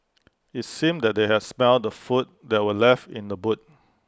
IT seemed that they had smelt the food that were left in the boot